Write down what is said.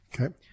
Okay